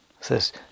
Says